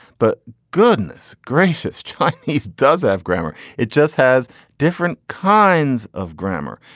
but goodness gracious, chinese does have grammar. it just has different kinds of grammar.